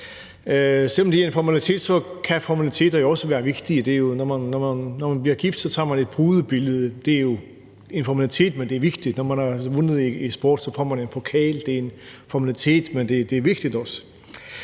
aftale. Det er en formalitet, men formaliteter kan jo også være vigtige. Når man bliver gift, tager man et brudebillede. Det er jo en formalitet, men det er vigtigt. Når man har vundet i sport, får man en pokal. Det er en formalitet, men det er også